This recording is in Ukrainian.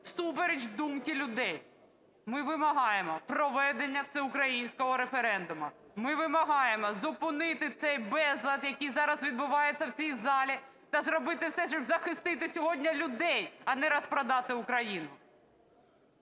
всупереч думки людей. Ми вимагаємо проведення всеукраїнського референдуму. Ми вимагаємо зупинити цей безлад, який зараз відбувається в цій залі та зробити все, щоб захистити сьогодні людей, а не розпродати Україну.